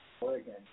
Oregon